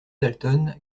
dalton